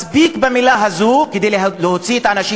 די במילה הזו כדי להוציא את האנשים